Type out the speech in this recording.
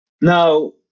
Now